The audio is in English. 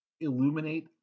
illuminate